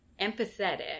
empathetic